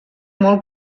molt